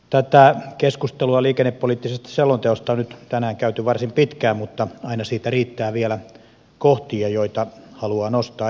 tätä keskustelua liikennepoliittisesta selonteosta on nyt tänään käyty varsin pitkään mutta aina siitä riittää vielä kohtia joita haluaa nostaa esille